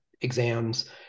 exams